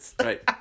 right